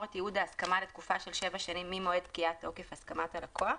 את תיעוד ההסכמה לתקופה של שבע שנים ממועד פקיעת תוקף הסכמת הלקוח;"